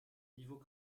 niveau